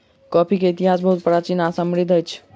coffee के इतिहास बहुत प्राचीन आ समृद्धि अछि